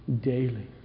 daily